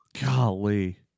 Golly